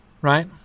right